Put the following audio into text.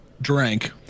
drank